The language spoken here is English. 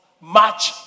match